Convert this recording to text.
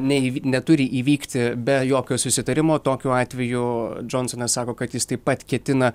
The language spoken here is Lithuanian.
neįvi neturi įvykti be jokio susitarimo tokiu atveju džonsonas sako kad jis taip pat ketina